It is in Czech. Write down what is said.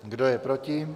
Kdo je proti?